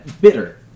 bitter